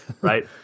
Right